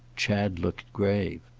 chad looked grave.